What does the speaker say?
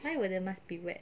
why will the mask be wet